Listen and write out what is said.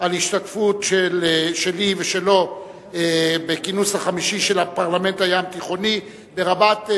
על ההשתתפות שלי ושלו בכינוס החמישי של הפרלמנט הים-תיכוני ברבאט,